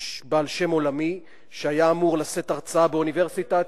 בעל שם עולמי, שהיה אמור לשאת הרצאה באוניברסיטת,